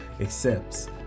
accepts